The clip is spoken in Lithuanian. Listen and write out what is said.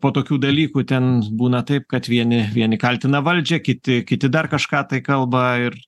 po tokių dalykų ten būna taip kad vieni vieni kaltina valdžią kiti kiti dar kažką tai kalba ir